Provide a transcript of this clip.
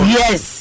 yes